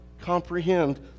comprehend